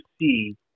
see